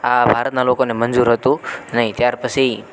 આ ભારતના લોકોને મંજૂર હતું નહીં ત્યાર પછી